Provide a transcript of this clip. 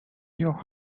your